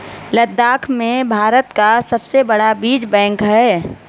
लद्दाख में भारत का सबसे बड़ा बीज बैंक है